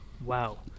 Wow